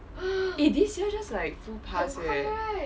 eh this year just like flew past eh